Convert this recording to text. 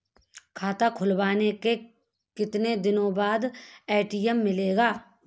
खाता खुलवाने के कितनी दिनो बाद ए.टी.एम मिलेगा?